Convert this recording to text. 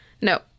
No